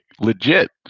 legit